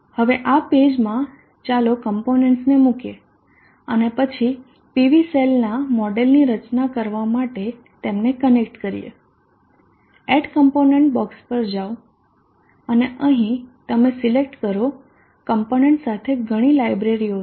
હવે આ પેઈજમાં ચાલો કોમ્પોનન્ટસને મુકીએ અને પછી PV સેલના મોડેલની રચના કરવા માટે તેમને કનેક્ટ કરીએ એડ કમ્પોનન્ટ બોક્ષ પર જાઓ અને અહી તમે સિલેક્ટ કરો કમ્પોનન્ટ સાથે ઘણી લાઇબ્રેરીઓ છે